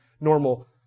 normal